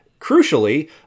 crucially